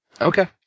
Okay